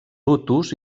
hutus